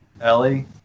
Ellie